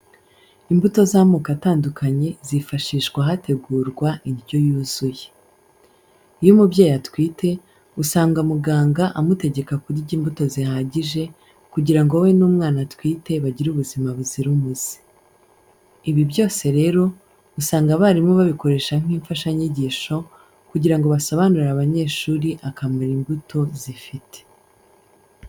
Imbuto z'amoko atandukanye zifashishwa hategurwa indyo yuzuye. Iyo umubyeyi atwite usanga muganga amutegeka kurya imbuto zihagije kugira ngo we n'umwana atwite bagire ubuzima buzira umuze. Ibi byose rero, usanga abarimu babikoresha nk'imfashanyigisho, kugira ngo basobanurire abanyeshuri akamaro imbuto zifite.